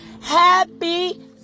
Happy